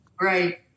Right